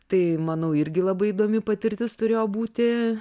tai manau irgi labai įdomi patirtis turėjo būti